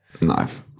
Nice